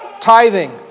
tithing